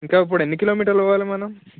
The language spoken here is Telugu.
ఇంకా ఇప్పుడు ఎన్ని కిలోమీటర్లు పోవాలి మనం